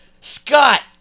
Scott